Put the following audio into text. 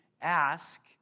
ask